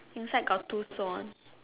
inside got two swans